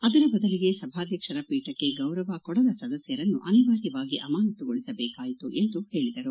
ಅದರ ಬದಲಿಗೆ ಸಭಾಧ್ಯಕ್ಷರ ಖೀಠಕ್ಕೆ ಗೌರವ ಕೊಡದ ಸದಸ್ಯರನ್ನು ಅನಿವಾರ್ಯವಾಗಿ ಅಮಾನತು ಗೊಳಿಸಬೇಕಾಯಿತು ಎಂದು ಹೇಳಿದರು